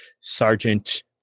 Sergeant